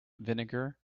vinegar